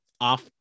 Off